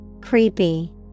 creepy